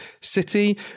city